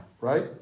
Right